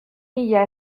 mila